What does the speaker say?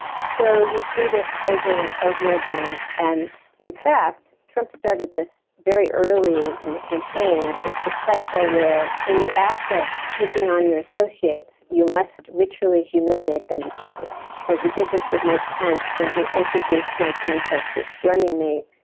so you see this over and over again. and in fact, trump started this very early in the campaign. it's a cycle where in the act of taking on your associates, you must ritually humiliate them in public. so he did this with mike pence when he introduced mike pence as his running mate.